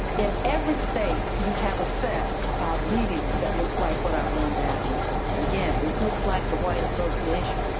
in every state you have a set of meetings that looks like what i run down the side. again, this looks like the white association.